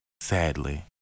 sadly